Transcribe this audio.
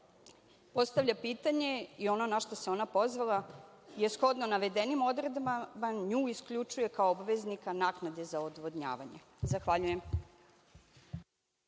Postavlja pitanje, i ono na šta se ona pozvala je shodno navedenim odredbama, nju isključuje kao obveznika naknade za odvodnjavanje. Zahvaljujem.